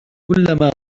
كلما